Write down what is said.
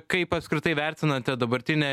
kaip apskritai vertinate dabartinę